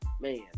man